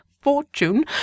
fortune